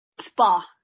Spa